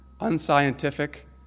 unscientific